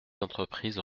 entreprises